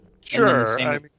Sure